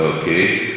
אוקיי.